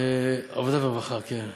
עבודה ורווחה, כן.